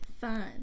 fun